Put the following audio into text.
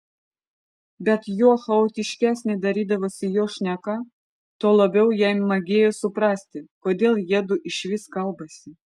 bet juo chaotiškesnė darydavosi jo šneka tuo labiau jai magėjo suprasti kodėl jiedu išvis kalbasi